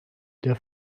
der